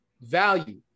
value